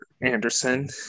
Anderson